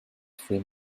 three